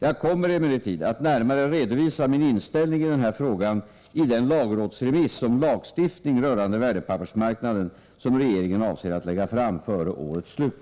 Jag kommer emellertid att närmare redovisa min inställning i denna fråga i den lagrådsremiss om lagstiftning rörande värdepappersmarknaden som regeringen avser att lägga fram före årets slut.